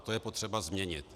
To je potřeba změnit.